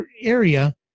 area